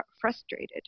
frustrated